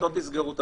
משחטות תסגרו תמיד.